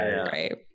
right